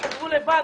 תסתדרו לבד,